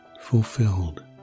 fulfilled